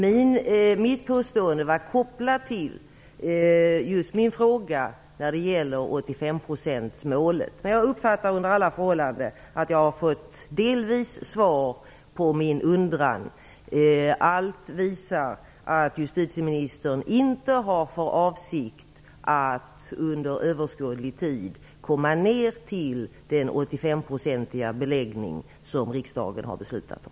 Mitt påstående var kopplat till min fråga om 85-procentsmålet. Under alla förhållanden uppfattar jag att jag delvis fått svar beträffande min undran. Allt visar att justitieministern inte har för avsikt att under överskådlig tid komma ner till den 85-procentiga beläggning som riksdagen har beslutat om.